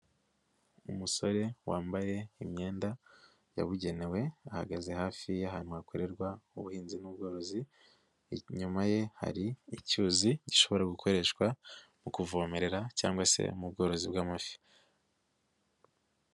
Umusore wambaye imyenda yabugenewe, ahagaze hafi y'ahantu hakorerwa ubuhinzi n'ubworozi, inyuma ye hari icyuzi gishobora gukoreshwa mu kuvomerera cyangwa se mu bworozi bw'amafi.